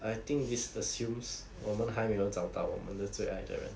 I think this assumes 我们还没有找到我们的最爱的人